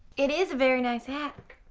it is a very nice hat.